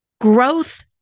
Growth